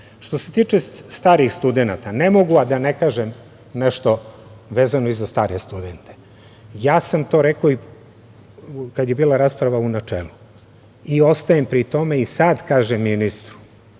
se tiče starih studenata ne mogu, a da ne kažem nešto vezano i za stare studente. Ja sam to rekao kada je bila rasprava u načelu i ostajem pri tome i sada kažem ministru